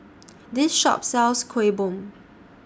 This Shop sells Kuih Bom